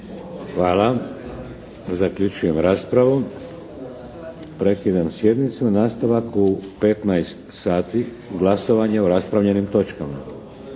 Hvala. Zaključujem raspravu. Prekidam sjednicu. Nastavak u 15,00 sati glasovanjem o raspravljenim točkama.